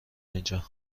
اینجا